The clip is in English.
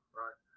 right